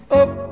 up